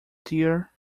dear